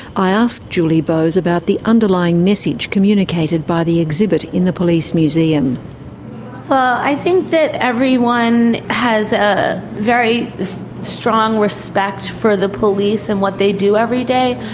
i asked julie bose about the underlying message communicated by the exhibit in the police museum. well i think that everyone has a very strong respect for the police and what they do every day.